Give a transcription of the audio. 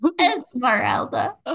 Esmeralda